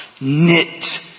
knit